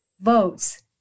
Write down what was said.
votes